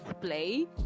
play